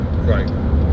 Right